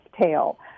tail